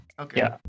Okay